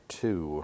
two